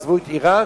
עזבו את עירק?